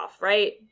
right